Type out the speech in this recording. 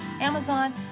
Amazon